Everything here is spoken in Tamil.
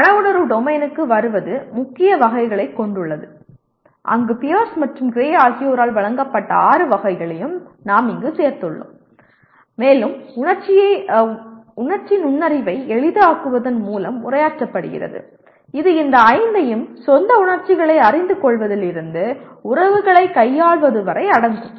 மன உணர்வு டொமைனுக்கு வருவது முக்கிய வகைகளைக் கொண்டுள்ளது அங்கு பியர்ஸ் மற்றும் கிரே ஆகியோரால் வழங்கப்பட்ட ஆறு வகைகளையும் நாம் இங்கு சேர்த்துள்ளோம் மேலும் உணர்ச்சி நுண்ணறிவை எளிதாக்குவதன் மூலம் உரையாற்றப்படுகிறது இது இந்த ஐந்தையும் சொந்த உணர்ச்சிகளை அறிந்து கொள்வதிலிருந்து உறவுகளைக் கையாள்வது வரை அடங்கும்